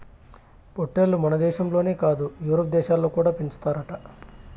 పొట్టేల్లు మనదేశంలోనే కాదు యూరోప్ దేశాలలో కూడా పెంచుతారట